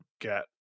get